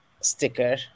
sticker